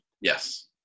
Yes